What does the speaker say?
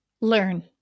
learn